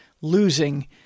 losing